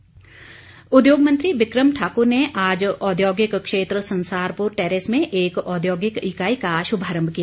बिक्रम उद्योग मंत्री बिक्रम ठाकुर ने आज औद्योगिक क्षेत्र संसारपुर टेरेस में एक औद्योगिक इकाई का शुभारंभ किया